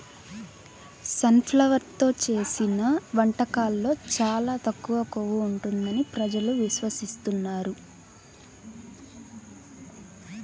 sun flower నూనెతో చేసిన వంటకాల్లో చాలా తక్కువ కొవ్వు ఉంటుంది ప్రజలు విశ్వసిస్తున్నారు